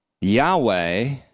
Yahweh